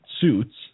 suits